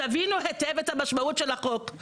תבינו היטב את משמעות החוק,